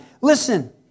Listen